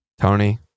Tony